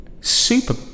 Super